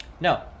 No